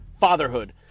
Fatherhood